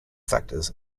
factors